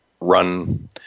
run